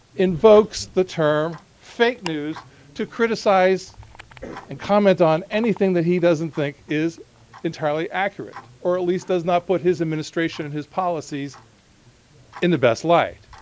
invokes the term fake news to criticize and comment on anything that he doesn't think is entirely accurate or at least does not put his administration and his policies in the best light.